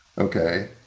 okay